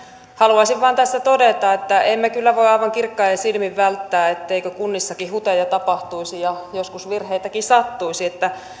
haluaisin vain tässä todeta että emme kyllä voi aivan kirkkain silmin väittää etteikö kunnissakin huteja tapahtuisi ja joskus virheitäkin sattuisi että